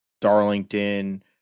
Darlington